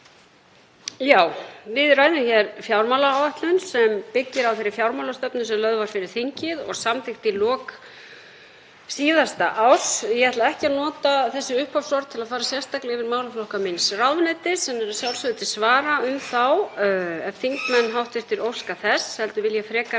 Við ræðum hér fjármálaáætlun sem byggir á þeirri fjármálastefnu sem lögð var fyrir þingið og samþykkt í lok síðasta árs. Ég ætla ekki að nota þessi upphafsorð til að fara sérstaklega yfir málaflokka míns ráðuneytis, en er að sjálfsögðu til svara um þá ef hv. þingmenn óska þess, heldur vil ég frekar